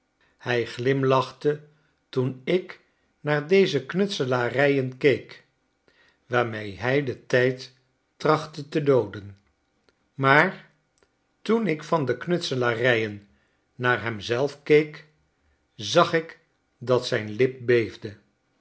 hij glimlachte toen ik naar deze knutselarijen keek waarmee hij den tiid tracbtte tedooden maar toen ik van de knutselarijen naar hem zelt keek zag ik dat zijn lip